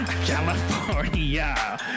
California